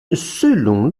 selon